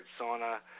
sauna